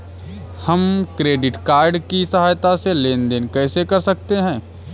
हम credit card की सहायता से लेन देन कैसे कर सकते हैं?